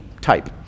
type